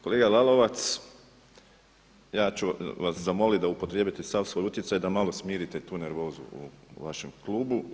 Kolega Lalovac, ja ću vas zamoliti da upotrijebite sav svoj utjecaj da malo smirite tu nervozu u vašem klubu.